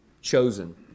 chosen